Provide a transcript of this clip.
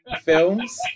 films